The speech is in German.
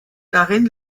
darin